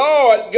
Lord